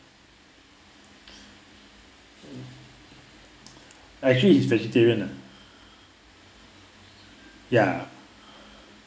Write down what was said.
actually is vegetarian uh ya